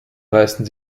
reisten